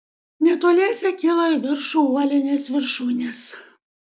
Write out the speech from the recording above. netoliese kilo į viršų uolinės viršūnės